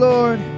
Lord